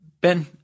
ben